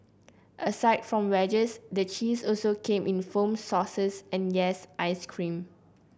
aside from wedges the cheese also came in foams sauces and yes ice cream